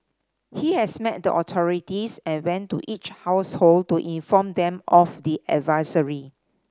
he has met the authorities and went to each household to inform them of the advisory